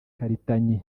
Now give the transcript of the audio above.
karitanyi